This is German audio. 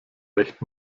recht